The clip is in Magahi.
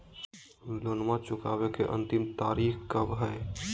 लोनमा चुकबे के अंतिम तारीख कब हय?